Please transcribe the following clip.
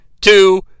two